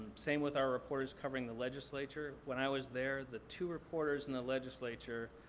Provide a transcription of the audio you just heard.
same with our reporters covering the legislature. when i was there, the two reporters in the legislature,